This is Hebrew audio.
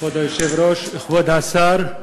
כבוד היושב-ראש, כבוד השר,